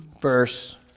verse